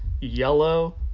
yellow